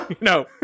No